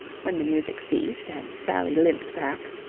when the music ceased and sally limped back.